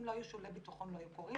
אם לא היו שולי ביטחון לא היו קורים.